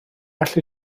well